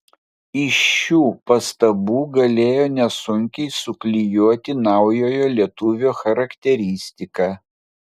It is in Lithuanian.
iš šių pastabų galėjo nesunkiai suklijuoti naujojo lietuvio charakteristiką